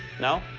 no?